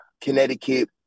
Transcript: Connecticut